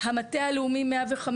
המטה הלאומי 105,